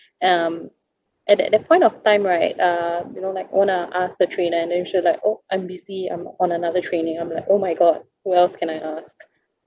um at that that point of time right uh you know like wanna ask the trainer and then she was like oh I'm busy I'm on another training I'm like oh my god who else can I ask